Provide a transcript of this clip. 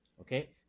okay